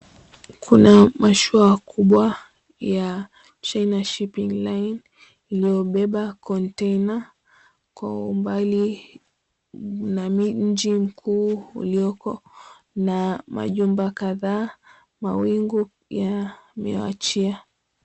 Kuna mashua kubwa ya Shinner Shipping Line iliyobeba konteina kwa umbali na miji mkuu ulioko na majumba kadhaa mawingu yameachia.